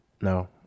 No